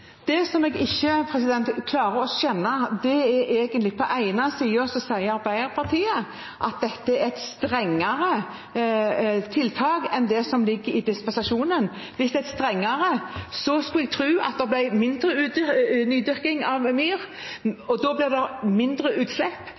Det jeg ikke klarer å skjønne, er: På den ene siden sier Arbeiderpartiet at dette er et strengere tiltak enn det som ligger i dispensasjonen. Hvis det er strengere, skulle jeg tro at det ble mindre nydyrking av myr, og da blir det mindre utslipp.